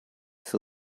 für